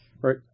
Right